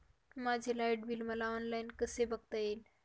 माझे light bill मला online कसे बघता येईल?